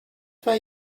why